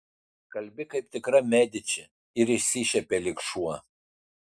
kalbi kaip tikra mediči ir išsišiepė lyg šuo